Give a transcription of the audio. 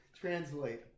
translate